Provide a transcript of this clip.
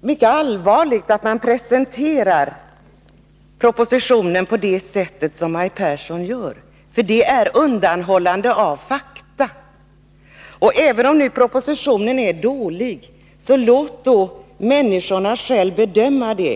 mycket allvarligt att man presenterar propositionen på det sätt som Maj Pehrsson gör, för det är undanhållande av fakta. Propositionen är dålig, men låt människorna själva bedöma det.